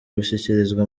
gushyikirizwa